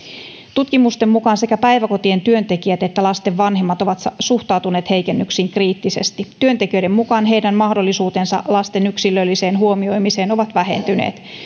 tutkimusten mukaan sekä päiväkotien työntekijät että lasten vanhemmat ovat suhtautuneet heikennyksiin kriittisesti työntekijöiden mukaan heidän mahdollisuutensa lasten yksilölliseen huomioimiseen ovat vähentyneet